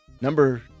number